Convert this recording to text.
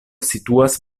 situas